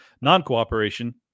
non-cooperation